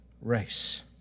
race